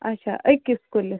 اچھا أکِس کُلِس